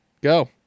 go